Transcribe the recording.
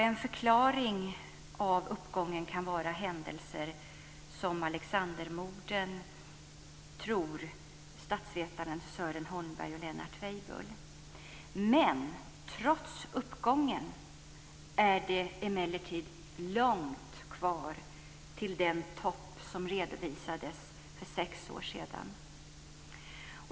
En förklaring till uppgången kan vara händelser som Malexandermorden, tror statsvetarna Sören Holmberg och Lennart Weibull. Men trots uppgången är det långt kvar till den topp som redovisades för sex år sedan.